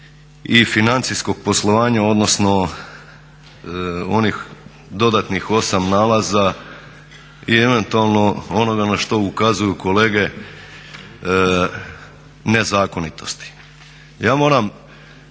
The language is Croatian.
i financijskog poslovanja odnosno onih dodatnih 8 nalaza i eventualno onoga na što ukazuju kolege nezakonitosti. Ja moram